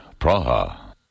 Praha